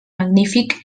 magnífic